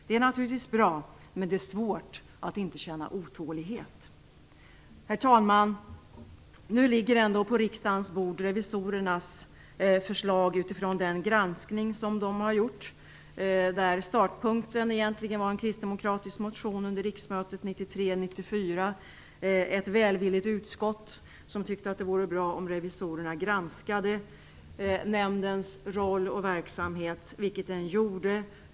Det är naturligtvis bra, men det är svårt att inte känna otålighet. Herr talman! Nu ligger ändå på riksdagens bord revisorernas förslag utifrån den granskning som de gjort. Startpunkten för den var en kristdemokratisk motion under riksmötet 1993/94. Ett välvilligt utskott tyckte att det vore bra om revisorerna granskade nämndens roll och verksamhet, vilket de gjorde.